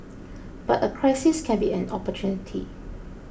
but a crisis can be an opportunity